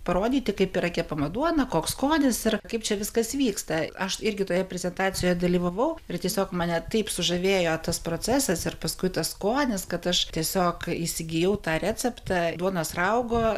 parodyti kaip yra kepama duona koks skonis ir kaip čia viskas vyksta aš irgi toje prezentacijoje dalyvavau ir tiesiog mane taip sužavėjo tas procesas ir paskui tas skonis kad aš tiesiog įsigijau tą receptą duonos raugo